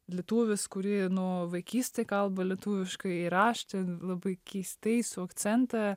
lietuvis kuri nuo vaikystė kalba lietuviškai ir aš čia labai keistai su akcentą